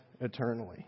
eternally